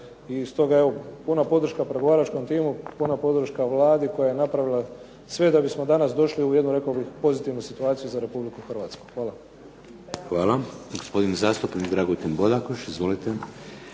I stoga puna podrška pregovaračkom timu, puna podrška vladi koja je napravila sve da bismo danas došli u jednu pozitivnu situaciju za Republiku Hrvatsku. Hvala. **Šeks, Vladimir (HDZ)** Hvala. Gospodin zastupnik Dragutin Bodakoš. Izvolite.